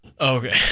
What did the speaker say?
Okay